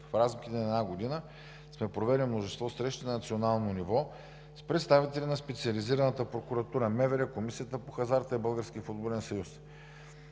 В рамките на една година сме провели множество срещи на национално ниво с представители на Специализираната прокуратура, МВР, Комисията по хазарта и